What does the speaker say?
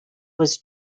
was